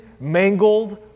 mangled